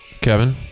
Kevin